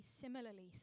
similarly